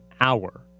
hour